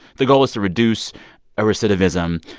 the goal was to reduce ah recidivism.